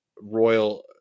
royal